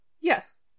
Yes